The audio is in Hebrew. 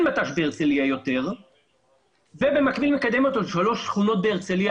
אין מט"ש בהרצליה ובמקביל מקדמת עוד שלוש שכונות בהרצליה